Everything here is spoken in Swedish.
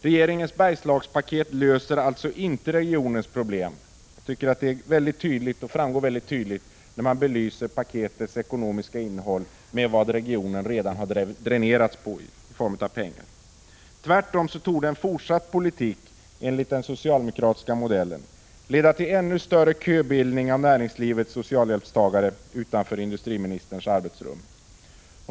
Regeringens Bergslagspaket löser alltså inte regionens problem. Det framgår väldigt tydligt, när man belyser paketets ekonomiska innehåll med vad regionen redan har dränerats på i form av pengar. Tvärtom torde en fortsatt politik enligt den socialdemokratiska modellen leda till en ännu större köbildning av näringslivets socialhjälpstagare utanför industriministerns arbetsrum.